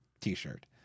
t-shirt